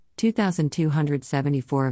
2274